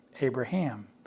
Abraham